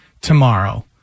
tomorrow